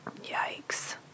yikes